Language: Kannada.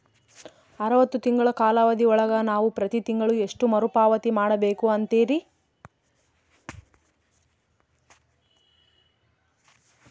ಅರವತ್ತು ತಿಂಗಳ ಕಾಲಾವಧಿ ಒಳಗ ನಾವು ಪ್ರತಿ ತಿಂಗಳು ಎಷ್ಟು ಮರುಪಾವತಿ ಮಾಡಬೇಕು ಅಂತೇರಿ?